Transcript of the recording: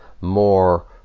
more